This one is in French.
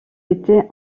était